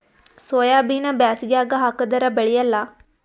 ಸೋಯಾಬಿನ ಬ್ಯಾಸಗ್ಯಾಗ ಹಾಕದರ ಬೆಳಿಯಲ್ಲಾ?